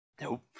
Nope